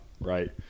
right